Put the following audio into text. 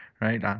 right